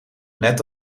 net